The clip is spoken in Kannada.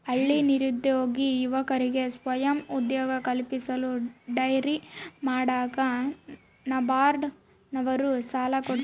ಹಳ್ಳಿ ನಿರುದ್ಯೋಗಿ ಯುವಕರಿಗೆ ಸ್ವಯಂ ಉದ್ಯೋಗ ಕಲ್ಪಿಸಲು ಡೈರಿ ಮಾಡಾಕ ನಬಾರ್ಡ ನವರು ಸಾಲ ಕೊಡ್ತಾರ